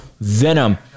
venom